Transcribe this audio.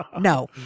No